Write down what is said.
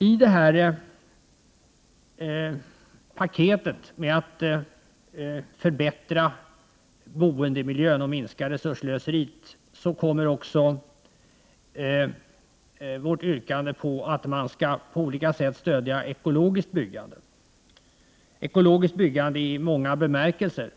I det här paketet med att förbättra boendemiljön och minska resursslöseriet kommer också vårt yrkande att man skall på olika sätt stödja ekologiskt byggande — ekologiskt i många bemärkelser.